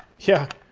yeah,